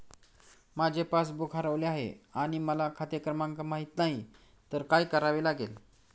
माझे पासबूक हरवले आहे आणि मला खाते क्रमांक माहित नाही तर काय करावे लागेल?